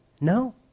No